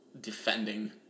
defending